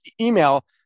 email